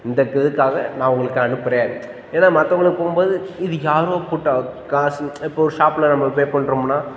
இந்த இதுக்காக நான் உங்களுக்கு அனுப்புறேன் ஏன்னால் மற்றவங்களுக்கு போகும் போது இது யாரோ போட்ட காசு இப்போது ஷாப்பில் நம்ம பே பண்ணுறோம்னா